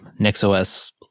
NixOS